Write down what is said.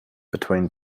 between